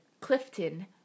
Clifton